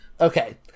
Okay